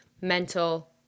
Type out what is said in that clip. mental